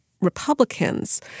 Republicans